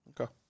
Okay